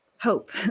hope